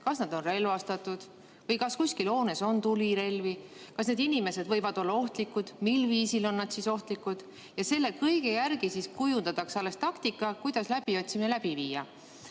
kas nad on relvastatud või kas kuskil hoones on tulirelvi, kas need inimesed võivad olla ohtlikud, mil viisil on nad ohtlikud –, ja selle kõige järgi kujundatakse alles taktika, kuidas läbiotsimine läbi viia.